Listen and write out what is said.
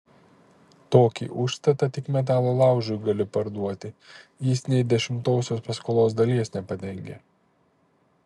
tokį užstatą tik metalo laužui gali parduoti jis nė dešimtosios paskolos dalies nepadengia